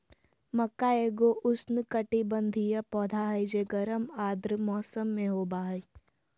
मक्का एगो उष्णकटिबंधीय पौधा हइ जे गर्म आर्द्र मौसम में होबा हइ